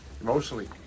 emotionally